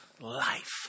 life